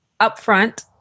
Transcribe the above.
upfront